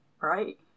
right